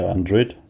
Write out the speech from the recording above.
Android